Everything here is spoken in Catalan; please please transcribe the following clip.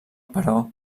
però